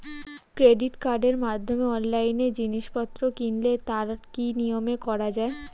Credit কার্ডের মাধ্যমে অনলাইনে জিনিসপত্র কিনলে তার কি নিয়মে করা যায়?